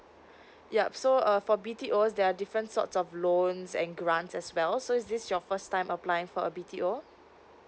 yup so uh for B_T_O there are different sorts of loans and grants as well so is this your first time applying for a B_T_O